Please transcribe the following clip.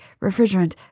refrigerant